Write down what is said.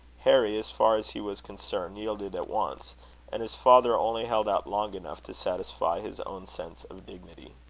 harry, as far as he was concerned, yielded at once and his father only held out long enough to satisfy his own sense of dignity.